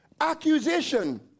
accusation